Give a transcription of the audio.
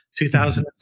2007